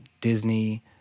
disney